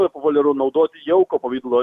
dabar populiaru naudoti jauko pavidalo